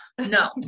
no